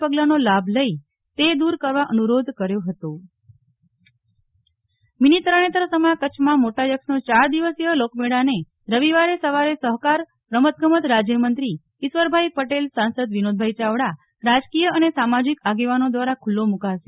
Nehal Thakkar mini Tarnetar મેળો mini Tarnetar સમા કચ્છમાં મોટા યક્ષનો ચાર દિવસીય લોકમેળાને રવિવારે સવારે સહકાર રમત ગમત રાજ્યમંત્રી ઈશ્વરભાઈ પટેલ સાંસદ વિનોદભાઈ ચાવડા રાજકીય અને સામાજીક આગેવાનો દ્વારા ખુલ્લો મુકાશે